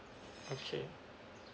okay